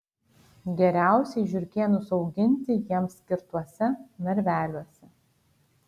geriausiai žiurkėnus auginti jiems skirtuose narveliuose